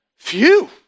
phew